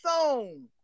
song